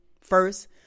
first